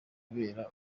kubera